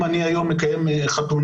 אם אני היום מקיים חתונה,